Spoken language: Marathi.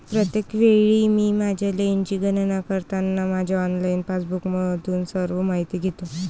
प्रत्येक वेळी मी माझ्या लेनची गणना करताना माझ्या ऑनलाइन पासबुकमधून सर्व माहिती घेतो